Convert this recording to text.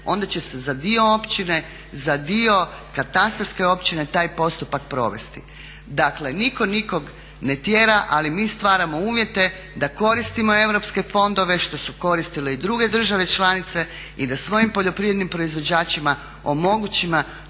onda će se za dio općine, za dio katastarske općine taj postupak provesti. Dakle, nitko nikog ne tjera ali mi stvaramo uvjete da koristimo europske fondove, što su koristile i druge države članice i da svojim poljoprivrednim proizvođačima omogućimo